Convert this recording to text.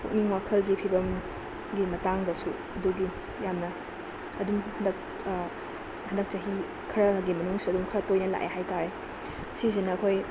ꯄꯨꯛꯅꯤꯡ ꯋꯥꯈꯜꯒꯤ ꯐꯤꯚꯝꯒꯤ ꯃꯇꯥꯡꯗꯁꯨ ꯑꯗꯨꯒꯤ ꯌꯥꯝꯅ ꯑꯗꯨꯝ ꯍꯟꯗꯛ ꯆꯍꯤ ꯈꯔꯒꯤ ꯃꯅꯨꯡꯁꯤꯗ ꯑꯗꯨꯝ ꯈꯔ ꯇꯣꯏꯅ ꯂꯥꯛꯑꯦ ꯍꯥꯏ ꯇꯥꯔꯦ ꯁꯤꯁꯤꯅ ꯑꯩꯈꯣꯏ